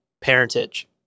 parentage